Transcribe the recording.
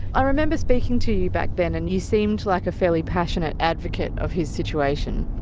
i remember speaking to you back then and you seemed like a fairly passionate advocate of his situation.